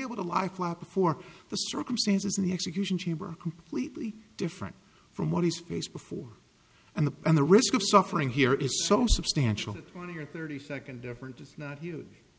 able to lie flat before the circumstances in the execution chamber completely different from what he's faced before and the and the risk of suffering here is so substantial twenty or thirty second different as